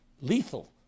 lethal